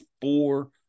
four